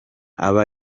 aba